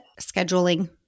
scheduling